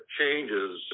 changes